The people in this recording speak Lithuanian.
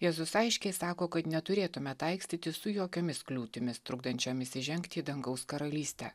jėzus aiškiai sako kad neturėtume taikstytis su jokiomis kliūtimis trukdančiomis įžengti į dangaus karalystę